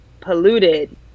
polluted